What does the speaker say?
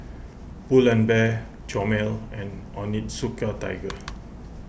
Pull and Bear Chomel and Onitsuka Tiger